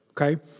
okay